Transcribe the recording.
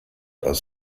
aus